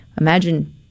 imagine